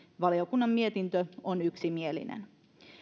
valiokunnan mietintö on yksimielinen